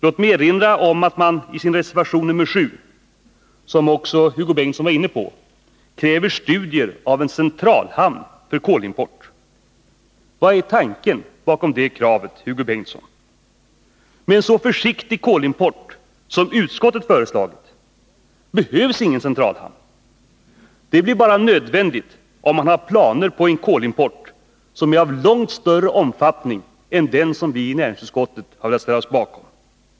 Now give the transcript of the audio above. Låt mig erinra om att man i reservation 7, som också Hugo Bengtsson var inne på, kräver studier av en centralhamn för kolimport. Vad är tanken bakom det kravet, Hugo Bengtsson? Med en så försiktig kolimport som utskottet föreslagit behövs ingen centralhamn. Det blir bara nödvändigt om man har planer på en kolimport som är av långt större omfattning än den som vi i näringsutskottet har velat ställa oss bakom.